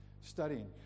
Studying